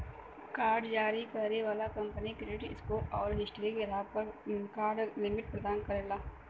card जारी करे वाला कंपनी क्रेडिट स्कोर आउर हिस्ट्री के आधार पर कार्ड क लिमिट प्रदान करला